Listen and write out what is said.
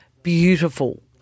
beautiful